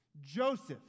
Joseph